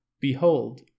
Behold